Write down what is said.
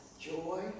joy